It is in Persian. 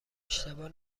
اشتباه